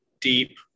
deep